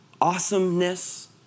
awesomeness